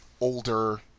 older